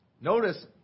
notice